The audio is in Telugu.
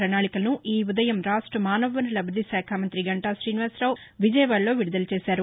ప్రణాళికను ఈ ఉదయం రాష్ట్ర మానవ వనరుల అభివృద్ది శాఖ మంతి గంటా శీనివాసరావు విజయవాడలో విడుదల చేసారు